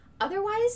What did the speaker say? Otherwise